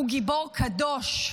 הוא גיבור קדוש,